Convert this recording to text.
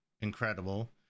incredible